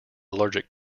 allergic